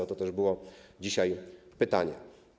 O to też było dzisiaj pytanie.